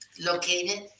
located